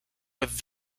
with